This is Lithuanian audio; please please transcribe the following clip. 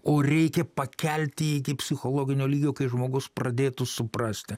o reikia pakelti iki psichologinio lygio kai žmogus pradėtų suprasti